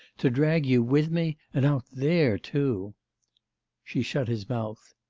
to drag you with me. and out there too she shut his mouth.